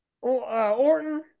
Orton